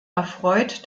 erfreut